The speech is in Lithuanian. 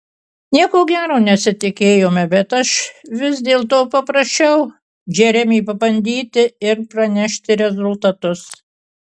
nieko gero nesitikėjome bet aš vis dėlto paprašiau džeremį pabandyti ir pranešti rezultatus